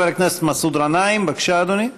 חבר הכנסת מסעוד גנאים, בבקשה, אדוני.